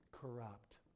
corrupt